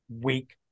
weak